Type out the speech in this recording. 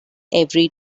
every